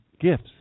gifts